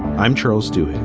i'm charles du.